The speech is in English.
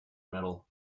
medal